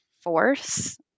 force